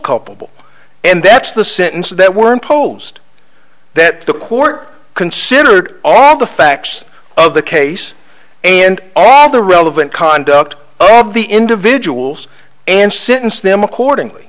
culpable and that's the sentence that were imposed that the court considered all the facts of the case and all the relevant conduct of the individuals and sentenced them accordingly